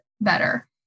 better